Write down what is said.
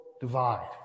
divide